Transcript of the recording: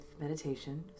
Meditation